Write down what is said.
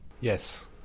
yes